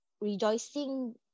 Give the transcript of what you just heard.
rejoicing